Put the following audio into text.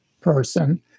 person